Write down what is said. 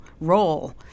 role